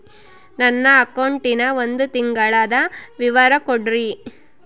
ನನ್ನ ಅಕೌಂಟಿನ ಒಂದು ತಿಂಗಳದ ವಿವರ ಕೊಡ್ರಿ?